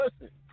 listen